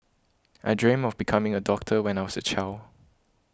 I dreamt of becoming a doctor when I was a child